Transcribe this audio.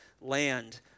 land